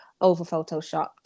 over-photoshopped